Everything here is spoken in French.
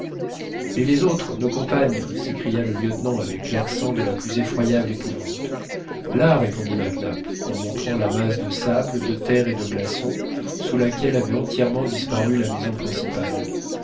et les autres nos compagnes s'écria le lieutenant avec l'accent de la plus effroyable épouvante là répondit mac nap en montrant la masse de sable de terre et de glaçons sous laquelle avait entièrement disparu la maison principale